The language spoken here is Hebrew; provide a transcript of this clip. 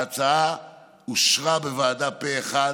ההצעה אושרה בוועדה פה אחד,